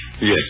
Yes